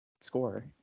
score